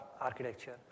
architecture